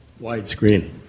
widescreen